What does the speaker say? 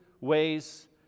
ways